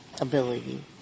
ability